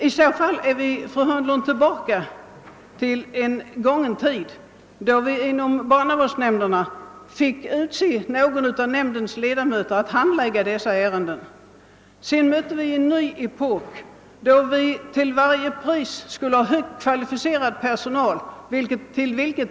I så fall är vi tillbaka i en gången tid, då barnavårdsnämnden brukade utse någon av nämndens ledamöter att handlägga dessa ärenden. Sedan kom en ny epok, då man skulle ha högt kvalificerad personal för varje ärende.